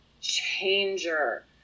changer